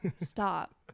Stop